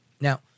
Now